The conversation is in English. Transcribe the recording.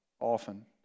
often